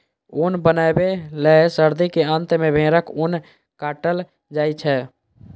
ऊन बनबै लए सर्दी के अंत मे भेड़क ऊन काटल जाइ छै